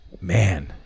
man